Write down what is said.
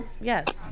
Yes